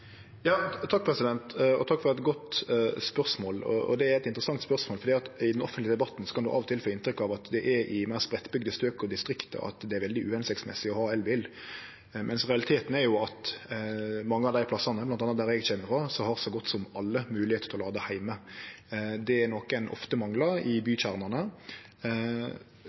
Takk for eit godt spørsmål, og det er eit interessant spørsmål. I den offentlige debatten kan ein av og til få inntrykk av at det er i meir spreiddbygde strøk og i distrikta at det er veldig lite føremålstenleg å ha elbil, mens realiteten er jo at på mange av dei plassane, bl.a. der eg kjem frå, har så godt som alle moglegheit til å lade heime. Det er noko ein ofte manglar i